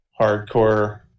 hardcore